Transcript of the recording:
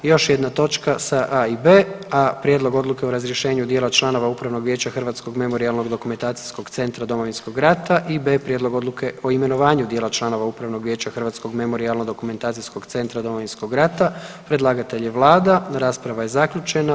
Još jedna točka sa A i B, A) Prijedlog odluke o razriješenu dijela članova Upravnog vijeća Hrvatskog memorijalno-dokumentacijskog centra Domovinskog rata B) Prijedlog odluke o imenovanju dijela članova Upravnog vijeća Hrvatskog memorijalno-dokumentacijskog centra Domovinskog rata, predlagatelj je Vlada, rasprava je zaključena.